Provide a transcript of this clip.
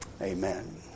Amen